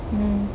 mm